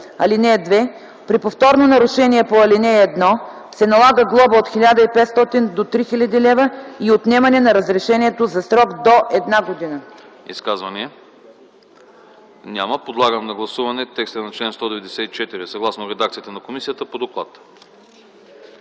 година. (2) При повторно нарушение по ал. 1 се налага глоба от 3000 до 5000 лв. и отнемане на разрешението за срок до две години.”